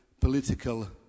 political